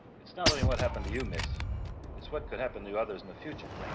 it's not only what happened to you miss it's what could happen to others in the future?